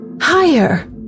higher